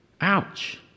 Ouch